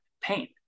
pain